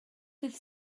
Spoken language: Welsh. dydd